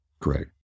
Correct